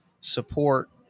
support